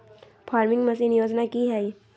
Farming machine योजना कि हैय?